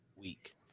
week